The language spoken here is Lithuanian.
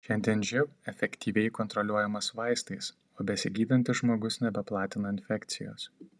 šiandien živ efektyviai kontroliuojamas vaistais o besigydantis žmogus nebeplatina infekcijos